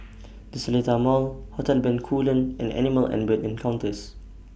The Seletar Mall Hotel Bencoolen and Animal and Bird Encounters